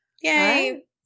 yay